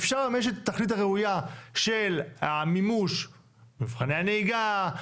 אפשר לממש את התכלית הראויה של המימוש מבחני הנהיגה,